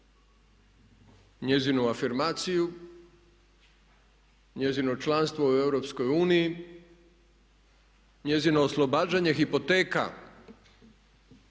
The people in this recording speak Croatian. njezinu afirmaciju, njezino članstvo u EU, njezino oslobađanje hipoteka